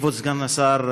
כבוד סגן השר,